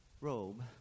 robe